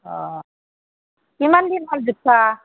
অঁ কিমান দিন হ'ল জোখা